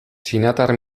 txinatar